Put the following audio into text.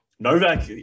Novak